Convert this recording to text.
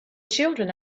children